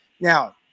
Now